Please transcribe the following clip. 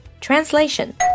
Translation